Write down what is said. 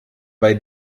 bei